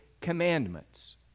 commandments